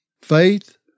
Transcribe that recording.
Faith